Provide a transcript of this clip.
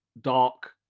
dark